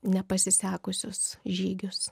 nepasisekusius žygius